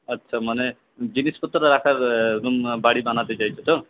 আচ্ছা মানে জিনিসপত্র রাখার বাড়ি বানাতে চাইছ তো